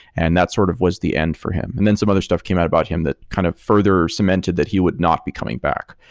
and that sort of was the end for him. and then some other stuff came out about him that kind of further cemented that he would not be coming back.